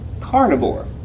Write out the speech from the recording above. Carnivore